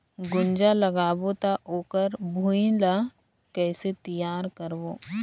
गुनजा लगाबो ता ओकर भुईं ला कइसे तियार करबो?